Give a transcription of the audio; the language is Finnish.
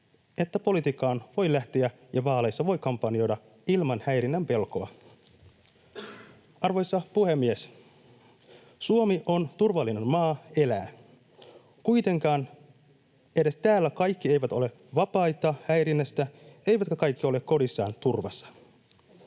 että politiikkaan voi lähteä ja vaaleissa voi kampanjoida ilman häirinnän pelkoa. Arvoisa puhemies! Suomi on turvallinen maa elää. Kuitenkaan edes täällä kaikki eivät ole vapaita häirinnästä eivätkä kaikki ole kodissaan turvassa.